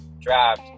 draft